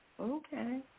Okay